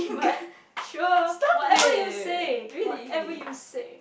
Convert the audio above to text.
stop it really